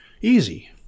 Easy